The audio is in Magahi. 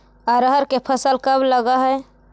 अरहर के फसल कब लग है?